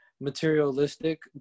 materialistic